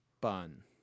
bun